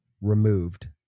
removed